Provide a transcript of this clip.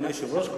אדוני היושב-ראש,